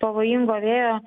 pavojingo vėjo